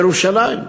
ירושלים.